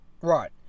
right